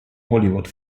hollywood